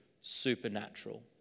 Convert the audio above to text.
supernatural